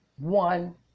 One